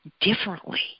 differently